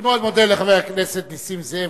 אני מאוד מודה לחבר הכנסת נסים זאב,